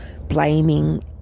blaming